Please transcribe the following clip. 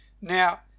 Now